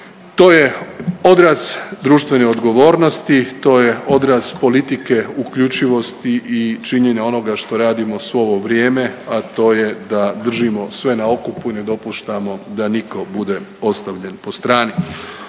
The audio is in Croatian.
To je odraz društvene odgovornosti, to je odraz politike uključivosti i činjenja onoga što radimo svo ovo vrijeme, a to je da držimo sve na okupu i ne dopuštamo da niko bude ostavljen postrani.